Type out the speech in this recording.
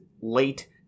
late